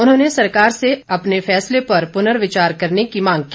उन्होंने सरकार से अपने फैसले पर पुनर्विचार करने की मांग की